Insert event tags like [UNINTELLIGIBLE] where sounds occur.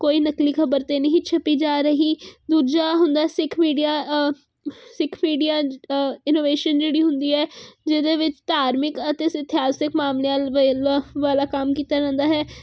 ਕੋਈ ਨਕਲੀ ਖਬਰ ਤਾਂ ਨਹੀਂ ਛਪੀ ਜਾ ਰਹੀ ਦੂਜਾ ਹੁੰਦਾ Sikh media Sikh media innovation ਜਿਹੜੀ ਹੁੰਦੀ ਹੈ ਜਿਹਦੇ ਵਿੱਚ ਧਾਰਮਿਕ ਅਤੇ ਇਤਿਹਾਸਿਕ ਮਾਮਲਿਆਂ [UNINTELLIGIBLE] ਵਾਲਾ ਕੰਮ ਕੀਤਾ ਜਾਂਦਾ ਹੈ